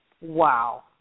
Wow